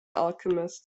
alchemist